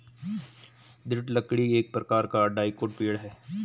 दृढ़ लकड़ी एक प्रकार का डाइकोट पेड़ है